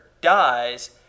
dies